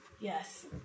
Yes